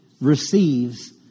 receives